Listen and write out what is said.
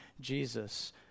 Jesus